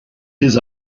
his